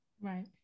Right